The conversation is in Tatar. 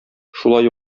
шулай